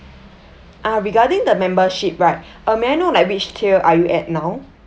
uh regarding the membership right uh may I know like which tier are you at now